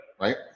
Right